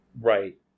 Right